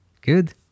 Good